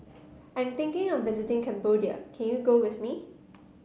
I'm thinking of visiting Cambodia can you go with me